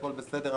הכול בסדר,